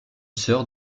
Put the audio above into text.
sœur